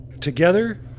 Together